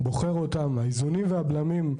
האיזונים והבלמים ,